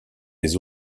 les